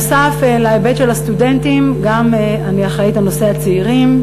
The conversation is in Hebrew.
נוסף על ההיבט של הסטודנטים אני אחראית גם על נושא הצעירים.